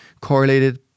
correlated